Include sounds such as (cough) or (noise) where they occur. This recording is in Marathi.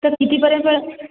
तर कितीपर्यंत (unintelligible)